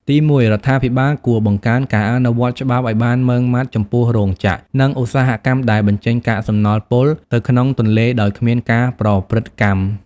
ទីមួយ រដ្ឋាភិបាលគួរបង្កើនការអនុវត្តច្បាប់ឱ្យបានម៉ឺងម៉ាត់ចំពោះរោងចក្រ និងឧស្សាហកម្មដែលបញ្ចេញកាកសំណល់ពុលទៅក្នុងទន្លេដោយគ្មានការប្រព្រឹត្តកម្ម។